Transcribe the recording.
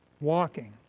walking